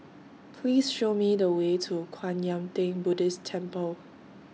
Please Show Me The Way to Kwan Yam Theng Buddhist Temple